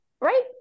Right